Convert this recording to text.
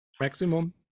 maximum